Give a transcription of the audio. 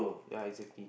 ya exactly